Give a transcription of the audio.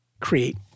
create